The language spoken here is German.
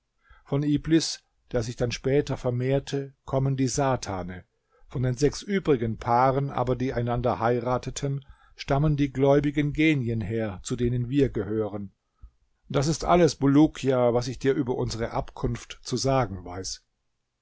von iblis der sich dann später vermehrte kommen die satane von den sechs übrigen paaren aber die einander heirateten stammen die gläubigen genien her zu denen wir gehören das ist alles bulukia was ich dir über unsere abkunft zu sagen weiß